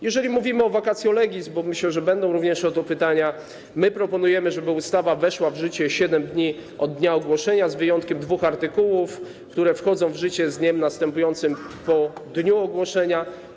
Jeżeli mówimy o vacatio legis, bo myślę, że będą również o to pytania, proponujemy, żeby ustawa weszła w życie 7 dni od dnia ogłoszenia z wyjątkiem dwóch artykułów, które wchodzą w życie z dniem następującym po dniu ogłoszenia.